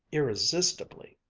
irresistibly!